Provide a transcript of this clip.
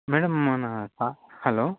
madam మన hello